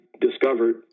discovered